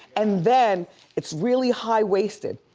and then it's really high waisted.